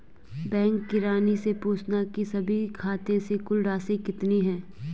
bank किरानी से पूछना की सभी खाते से कुल राशि कितनी है